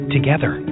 Together